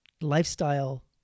lifestyle